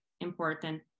important